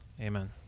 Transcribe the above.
Amen